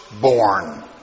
born